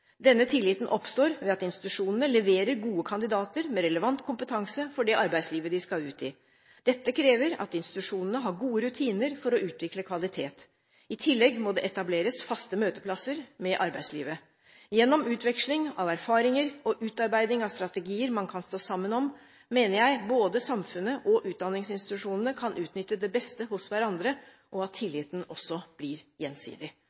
Denne tilliten oppstår ved at institusjonene leverer gode kandidater med relevant kompetanse for det arbeidslivet de skal ut i. Dette krever at institusjonene har gode rutiner for å utvikle kvalitet. I tillegg må det etableres faste møteplasser med arbeidslivet. Gjennom utveksling av erfaringer og utarbeidelse av strategier man kan stå sammen om, mener jeg både samfunnet og utdanningsinstitusjonene kan utnytte det beste hos hverandre, og at tilliten også blir gjensidig